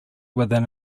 within